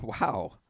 Wow